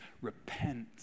repent